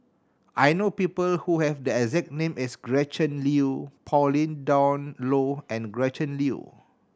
I know people who have the exact name as Gretchen Liu Pauline Dawn Loh and Gretchen Liu